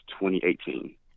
2018